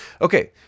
Okay